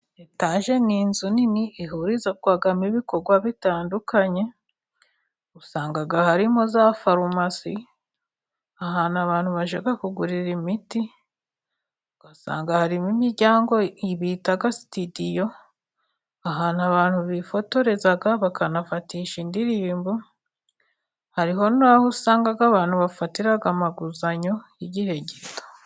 Etage ni inzu nini ihurizwa mo ibikorwa bitandukanye, usanga harimo za farumasi, ahantu abantu bashaka kugurira imiti, ugasanga harimo imiryango bita situdiyo, ahantu abantu bifotoreza bakanafatisha indirimbo, hariho n'aho usanga abantu bafatira amaguzanyo y'igihe gito.